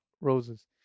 roses